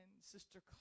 Sister